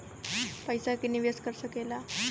पइसा के निवेस कर सकेला